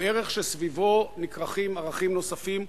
הוא ערך שסביבו נכרכים ערכים נוספים,